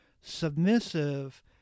submissive